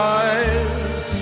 eyes